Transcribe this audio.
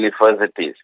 universities